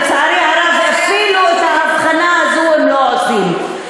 לצערי הרב, אפילו את ההבחנה הזו הם לא עושים.